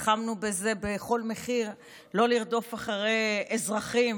נלחמנו בזה בכל מחיר, לא לרדוף אחרי אזרחים